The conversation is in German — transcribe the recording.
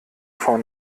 vor